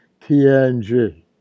TNG